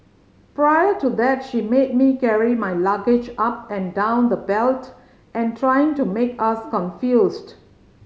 prior to that she made me carry my luggage up and down the belt and trying to make us confused